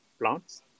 plants